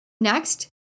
Next